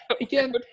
again